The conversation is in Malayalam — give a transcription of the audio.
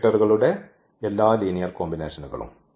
വെക്റ്ററുകളുടെ എല്ലാ ലീനിയർ കോമ്പിനേഷനുകളും